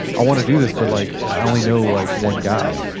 i want to do this, but like i only know like one guy.